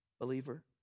believer